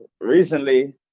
Recently